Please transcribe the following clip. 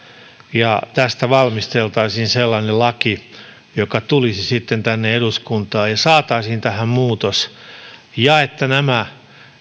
ja tästä valmisteltaisiin sellainen laki joka tulisi sitten tänne eduskuntaan ja saataisiin tähän muutos niin että nämä